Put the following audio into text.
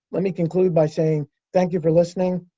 let me conclude by saying thank you for listening.